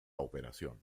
operación